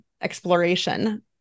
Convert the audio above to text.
exploration